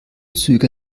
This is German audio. züge